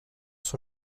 sur